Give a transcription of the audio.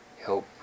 help